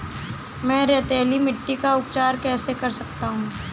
मैं रेतीली मिट्टी का उपचार कैसे कर सकता हूँ?